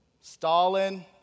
Stalin